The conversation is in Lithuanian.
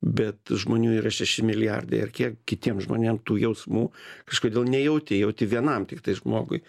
bet žmonių yra šeši milijardai ar kiek kitiem žmonėm tų jausmų kažkodėl nejauti jauti vienam tiktai žmogui